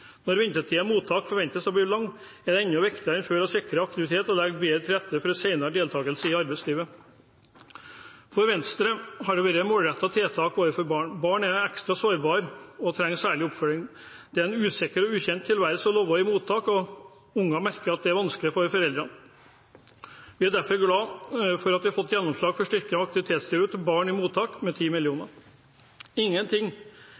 Når ventetiden i mottak forventes å bli lang, er det enda viktigere enn før å sikre aktivitet og legge bedre til rette for senere deltakelse i arbeidslivet. For Venstre har det vært målrettede tiltak overfor barn. Barn er ekstra sårbare og trenger særlig oppfølging. Det er en usikker og ukjent tilværelse å leve i mottak, og unger merker at det er vanskelig for foreldrene. Vi er derfor glad for at vi har fått gjennomslag for å styrke aktivitetstilbud til barn i mottak med 10 mill. kr. Ingenting